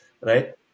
right